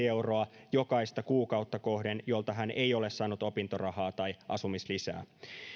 euroa jokaista kuukautta kohden jolta hän ei ole saanut opintorahaa tai asumislisää